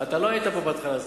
לא היית פה בהתחלה.